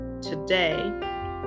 today